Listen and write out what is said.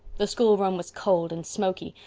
the schoolroom was cold and smoky,